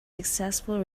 successful